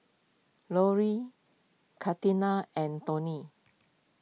Loree Catina and Toni